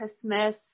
christmas